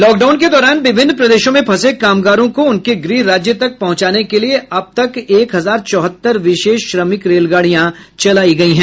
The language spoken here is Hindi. लॉकडाउन के दौरान विभिन्न प्रदेशों में फंसे कामगारों को उनके गृह राज्य तक पहुंचाने के लिए अब तक एक हजार चौहत्तर विशेष श्रमिक रेलगाड़ियां चलाई गई हैं